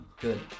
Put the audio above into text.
Good